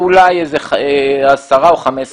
אולי עשרה או 15 איש.